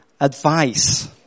advice